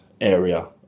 area